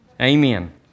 Amen